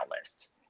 lists